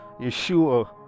Yeshua